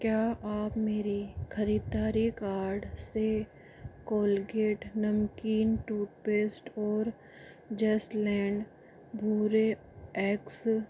क्या आप मेरे खरीददारी कार्ट से कोलगेट नमकीन टूथपेस्ट और जस्ट लेड भूरे एग्स